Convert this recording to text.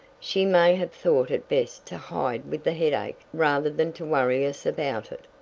she may have thought it best to hide with the headache rather than to worry us about it.